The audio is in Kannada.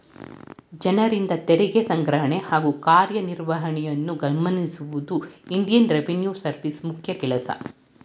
ಜನರಿಂದ ತೆರಿಗೆ ಸಂಗ್ರಹಣೆ ಹಾಗೂ ಕಾರ್ಯನಿರ್ವಹಣೆಯನ್ನು ಗಮನಿಸುವುದು ಇಂಡಿಯನ್ ರೆವಿನ್ಯೂ ಸರ್ವಿಸ್ ಮುಖ್ಯ ಕೆಲಸ